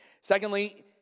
Secondly